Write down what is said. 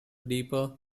deeper